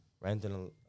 renting